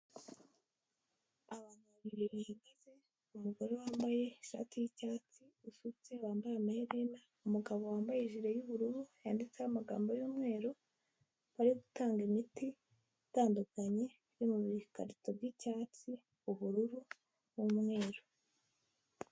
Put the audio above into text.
Abantu babiri bahagaze: Umugore wambaye ishati y'icyatsi usutse wambaye amaherena, umugabo wambaye ijire y'ubururu yanditseho amagambo y'umweru, ari gutanga imiti itandukanye mukarito y'icyatsi, ubururu n'umweru.